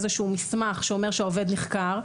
איזשהו מסמך שאומר שהעובד נחקר,